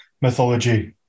mythology